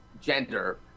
gender